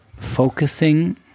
focusing